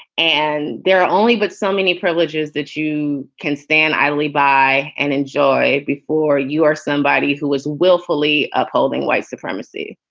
and there are only but so many privileges that you can stand idly by and enjoy before you are somebody who is willfully upholding white supremacy.